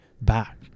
back